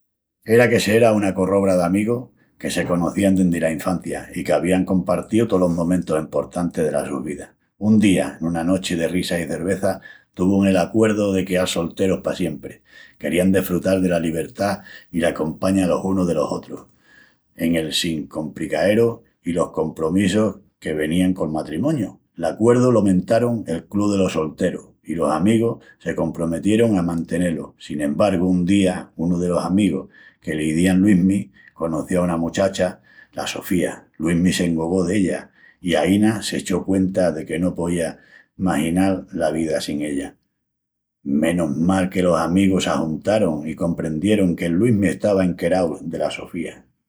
Era que s'era una corrobra d'amigus que se conocían dendi la infancia, i qu'avían compartíu tolos momentus emportantis delas sus vidas. Un día, en una nochi de risas i cervezas, tuvun el acuerdu de queal solterus pa siempri. Querían desfrutal dela libertá i la compaña los unus de los otrus, en... el... sin compricaeru i los compromissus que venían col matrimoñu. L'acuerdu lo mentarun "El Club delos Solterus", i los amigus se comprometierun a mantené-lu. Sin embargu, un día, unu de los amigus, que l'izián Luismi, conoció a una mochacha, la Sofía. Luismi s'engogó d'ella, i aína s'echó cuenta de que no poía maginal la vida sin ella. Menus mal que los amigus s'ajuntarun i comprendierun que'l Luismi estava enquerau dela Sofía.